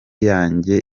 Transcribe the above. yanjye